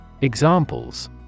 Examples